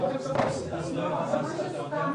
השאלה אם היום זה לא רחב מדי.